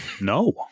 No